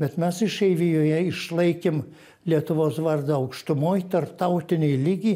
bet mes išeivijoje išlaikėm lietuvos vardą aukštumoj tarptautinėj lygį